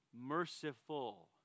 merciful